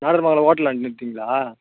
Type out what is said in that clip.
நாடார் மங்கலம் ஹோட்டலாண்ட நிறுத்துவிங்களா